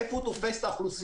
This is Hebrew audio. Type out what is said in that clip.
איפה הוא תופס את האוכלוסייה.